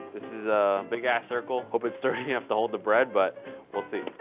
this is a big ass circle. hope it's sturdy enough to hold the bread, but we'll see.